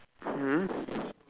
mm